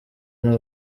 n’u